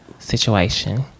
situation